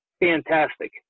Fantastic